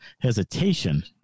hesitation